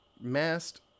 masked